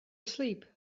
asleep